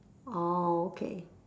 orh okay